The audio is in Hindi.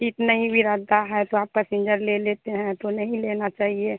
सीट नहीं भी रहता है तो आप पैसेंजर ले लेते हैं तो नहीं लेना चाहिए